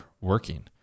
working